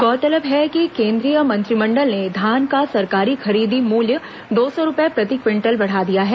गौरतलब है कि केंद्रीय मंत्रिमंडल ने धान का सरकारी खरीद मुल्य दो सौ रूपये प्रति क्विंटल बढ़ा दिया है